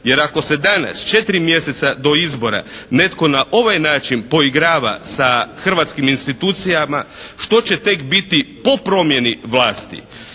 Jer, ako se danas četiri mjeseca do izbora netko na ovaj način poigrava sa hrvatskim institucijama što će tek biti po promjeni vlasti.